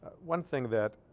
one thing that